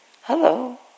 Hello